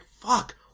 Fuck